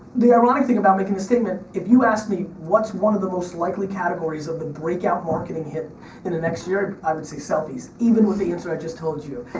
the ironic thing about making this statement, if you ask me what's one of the most likely categories of the breakout marketing hit in the next year, i would say selfies, even with the answer i just told you.